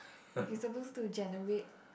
you supposed to generate